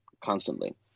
constantly